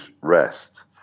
rest